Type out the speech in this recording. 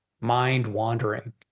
mind-wandering